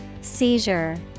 Seizure